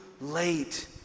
late